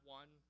one